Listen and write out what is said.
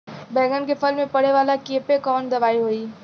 बैगन के फल में पड़े वाला कियेपे कवन दवाई होई?